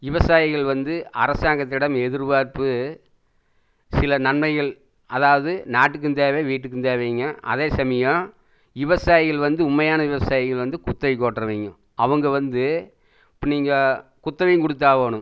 விவசாயிகள் வந்து அரசாங்கத்திடம் எதிர்பார்ப்பு சில நன்மைகள் அதாவது நாட்டுக்கும் தேவை வீட்டுக்கும் தேவைங்க அதே சமயம் விவசாயிகள் வந்து உண்மையான விவசாயிகள் வந்து குத்தகைக்கு ஓட்றவங்க அவங்க வந்து இப்போ நீங்கள் குத்தகையும் கொடுத்தாவணும்